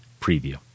preview